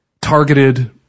targeted